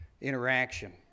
interaction